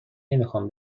نمیخوام